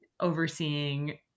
overseeing